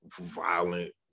violent